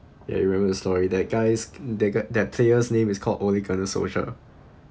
ya you remember the story that guys d~ that player's name is called ole gunnar solksjaer